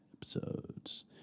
Episodes